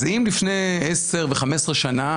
אז אם לפני 10 ו-15 שנה,